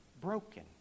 broken